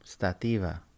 Stativa